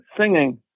singing